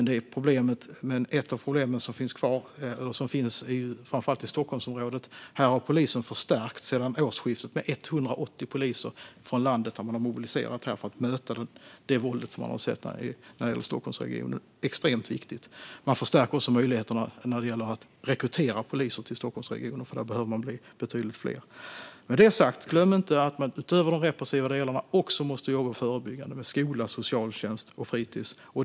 Det är bra, men problemet finns kvar framför allt i Stockholmsområdet. Här har polisen förstärkt sedan årsskiftet med 180 poliser från övriga landet. Man har mobiliserat här för att möta det våld som man sett i Stockholmsregionen. Det är extremt viktigt. Man förstärker också möjligheterna att rekrytera poliser till Stockholmsregionen, för där behöver de bli betydligt fler. Med det sagt, glöm inte att man utöver de repressiva delarna också måste jobba förebyggande med skola, socialtjänst och fritis.